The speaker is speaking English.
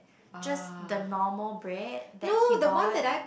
just the normal bread that he bought